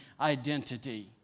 identity